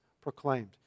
proclaimed